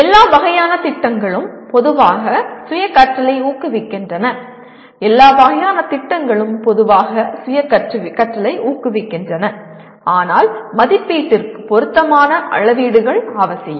எல்லா வகையான திட்டங்களும் பொதுவாக சுய கற்றலை ஊக்குவிக்கின்றன எல்லா வகையான திட்டங்களும் பொதுவாக சுய கற்றலை ஊக்குவிக்கின்றன ஆனால் மதிப்பீட்டிற்கு பொருத்தமான அளவீடுகள் அவசியம்